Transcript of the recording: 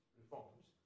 reforms